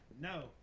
No